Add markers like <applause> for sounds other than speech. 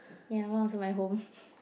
ya my one also my home <laughs>